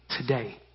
today